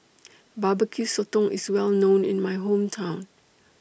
Barbecue Sotong IS Well known in My Hometown